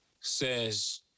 says